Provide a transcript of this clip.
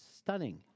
Stunning